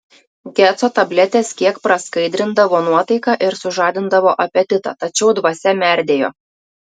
geco tabletės kiek praskaidrindavo nuotaiką ir sužadindavo apetitą tačiau dvasia merdėjo